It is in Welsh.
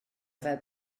fel